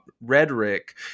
rhetoric